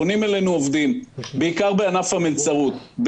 פונים אלינו עובדים בעיקר בענף המלצרות.